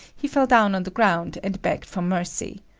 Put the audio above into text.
he fell down on the ground and begged for mercy.